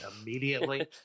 immediately